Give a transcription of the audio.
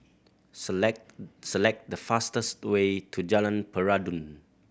select select the fastest way to Jalan Peradun